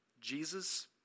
Jesus